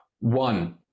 one